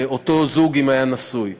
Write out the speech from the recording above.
אותו זוג אם היה נשוי.